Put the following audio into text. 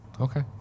Okay